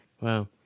Wow